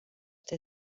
der